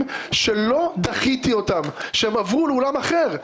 שלא דחיתי אותם אלא הם עברו לאולם אחר.